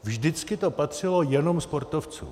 Vždycky to patřilo jenom sportovcům.